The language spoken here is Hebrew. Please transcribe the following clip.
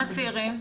כמה צעירים?